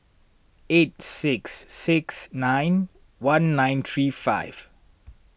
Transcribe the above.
eight six six nine one nine three five